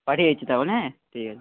পাঠিয়ে দিচ্ছি তাহলে হ্যাঁ ঠিক আছে